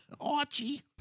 Archie